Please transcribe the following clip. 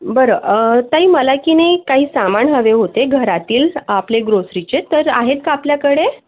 बरं ताई मला की नाही काही सामान हवे होते घरातील आपले ग्रोसरीचे तर आहेत का आपल्याकडे